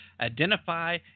Identify